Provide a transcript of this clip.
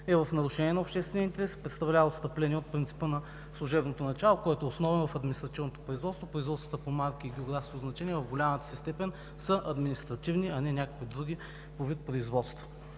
е в нарушение на обществения интерес. Представлява отстъпление от принципа на служебното начало, което е основа в административното производство. Производствата по марки и географски означения в голямата си степен са административни, а не някакви други по вид производства.